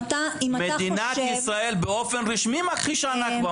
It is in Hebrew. מדינת ישראל באופן רשמי מכחישה נכבה.